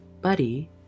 Buddy